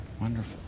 wonderful